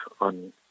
on